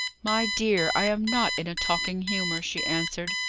my dear, i am not in a talking humour, she answered.